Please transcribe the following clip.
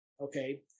Okay